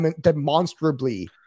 demonstrably